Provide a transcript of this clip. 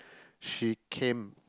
she came